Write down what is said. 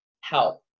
help